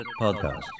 Podcast